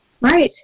Right